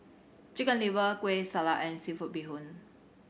Chicken Liver Kueh Salat and seafood bee hoon